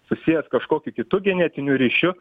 susijęs kažkokiu kitu genetiniu ryšiu